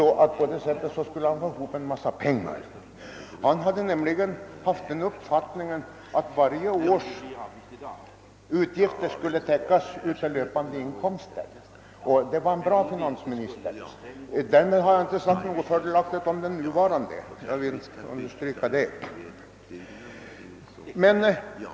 På det sättet skulle han få ihop ven massa pengar. Han hade nämligen den uppfattningen, att varje års utgifter skulle täckas av löpande inkomster. Det var en bra finansminister. Därmed har jag inte sagt något ofördelaktigt om den nuvarande, jag vill understryka det.